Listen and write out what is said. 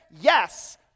yes